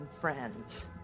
friends